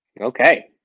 Okay